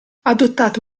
adottate